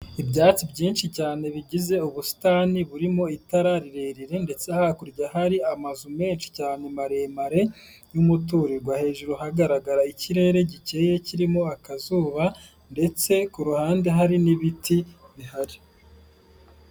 Ibyatsi byinshi cyane bigize ubusitani burimo itara rirerire ndetse hakurya hari amazu menshi cyane maremare y'umuturirwa hejuru hagaragara ikirere gikeye kirimo akazuba ndetse ku ruhande hari n'ibiti bihari.